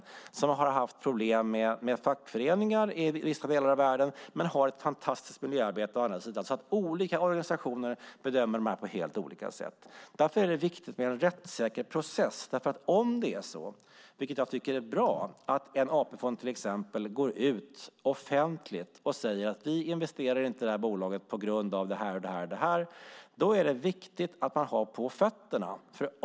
Bolaget har å ena sidan haft problem med fackföreningar i vissa delar av världen, men bolaget har å andra sidan gjort ett fantastiskt miljöarbete. Olika organisationer bedömer bolagen på helt olika sätt. Därför är det viktigt med en rättssäker process. Om en AP-fond - vilket jag tycker är bra - går ut offentligt och säger att fonden inte investerar i bolaget på grund av det och det är det viktigt att ha på fötterna.